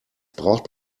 braucht